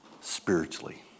spiritually